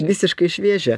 visiškai šviežia